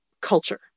culture